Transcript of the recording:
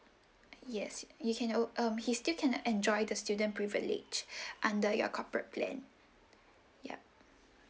yes you can o~ um he still can enjoy the student privilege under your corporate plan yup